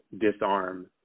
disarm